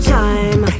time